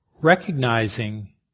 recognizing